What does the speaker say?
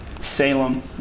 Salem